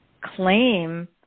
claim